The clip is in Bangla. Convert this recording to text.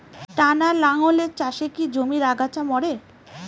টানা লাঙ্গলের চাষে কি জমির আগাছা মরে?